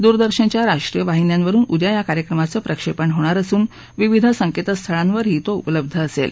दूरदर्शनच्या राष्ट्रीय वाहिन्यांवरुन उद्या या कार्यक्रमाचं प्रक्षेपण होणार असून विविध संकेत स्थळांवरही तो उपलब्ध असेल